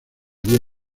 había